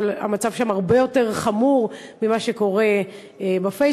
אבל המצב שם הרבה יותר חמור ממה שקורה בפייסבוק.